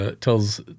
tells